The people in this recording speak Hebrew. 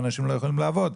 ואנשים לא יכולים לעבוד.